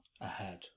ahead